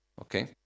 okay